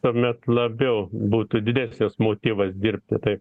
tuomet labiau būtų didesnis motyvas dirbti tai